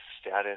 status